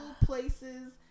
places